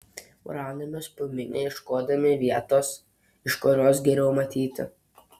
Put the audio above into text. braunamės pro minią ieškodami vietos iš kurios geriau matyti